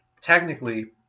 technically